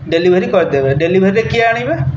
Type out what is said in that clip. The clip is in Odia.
ଡେଲିଭରି କରିଦେବେ ଡେଲିଭରିରେ କିଏ ଆଣିବେ